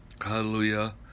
hallelujah